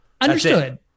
Understood